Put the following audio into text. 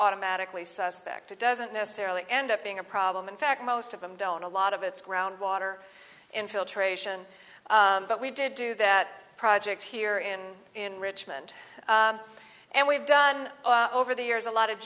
automatically suspect it doesn't necessarily end up being a problem in fact most of them don't a lot of it's ground water infiltration but we did do that project here in in richmond and we've done over the years a lot of